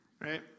Right